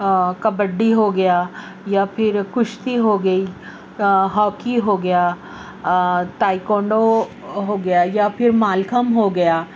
کبڈی ہو گیا یا پھر کشتی ہو گئی ہاکی ہو گیا تائکوانڈو ہو گیا یا پھر مالکھم ہو گیا